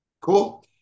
Cool